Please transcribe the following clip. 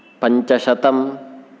पञ्चशतम्